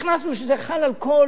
הכנסנו שזה חל על כל,